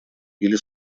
или